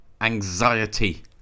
anxiety